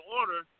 order